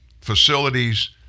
facilities